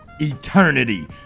eternity